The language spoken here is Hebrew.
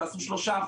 תעשו 3%,